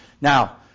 Now